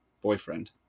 boyfriend